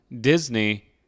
Disney